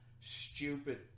stupid